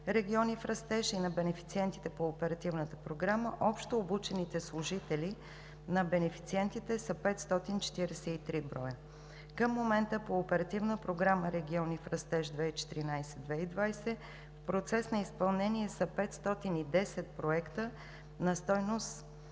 „Региони в растеж“ и на бенефициентите по Програмата, общо обучените служители на бенефициентите са 543 броя. Към момента по Оперативна програма „Региони в растеж 2014 – 2020 г.“ в процес на изпълнение са 510 проекта на стойност